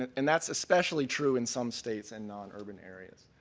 and that's especially true in some states and non-urban areas.